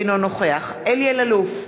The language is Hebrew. אינו נוכח אלי אלאלוף,